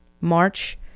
March